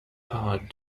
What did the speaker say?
hard